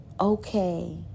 Okay